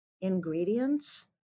ingredients